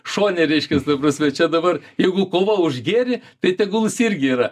šone reiškias ta prasme čia dabar jėgų kova už gėrį tai tegul jis irgi yra